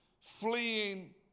Fleeing